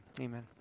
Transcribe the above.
Amen